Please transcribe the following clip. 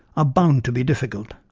are bound to be difficult.